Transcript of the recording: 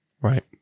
Right